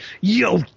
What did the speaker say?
yo